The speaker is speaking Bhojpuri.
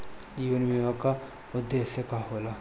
जीवन बीमा का उदेस्य का होला?